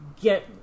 get